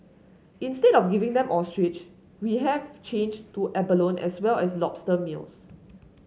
instead of giving them ostrich we have changed to abalone as well as lobster meals